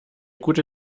gute